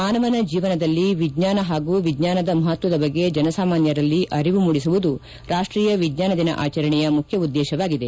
ಮಾನವನ ಜೀವನದಲ್ಲಿ ವಿಜ್ಞಾನ ಹಾಗೂ ವಿಜ್ಞಾನದ ಮಹತ್ವದ ಬಗ್ಗೆ ಜನ ಸಾಮಾನ್ಯರಲ್ಲಿ ಅರಿವು ಮೂಡಿಸುವುದು ರಾಷ್ಟೀಯ ವಿಜ್ಞಾನ ದಿನ ಆಚರಣೆಯ ಮುಖ್ಯ ಉದ್ದೇಶವಾಗಿದೆ